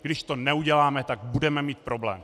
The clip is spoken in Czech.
Když to neuděláme, tak budeme mít problém.